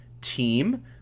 team